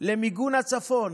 למיגון הצפון,